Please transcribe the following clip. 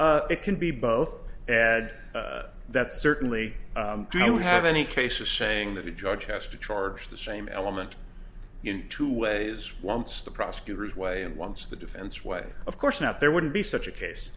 case it can be both ed that certainly do you have any cases saying that the judge has to charge the same element in two ways once the prosecutor's way and once the defense way of course not there wouldn't be such a case